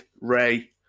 Ray